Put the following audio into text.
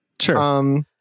Sure